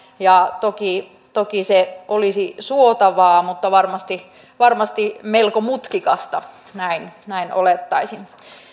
ja toki toki se olisi suotavaa mutta varmasti varmasti melko mutkikasta näin näin olettaisin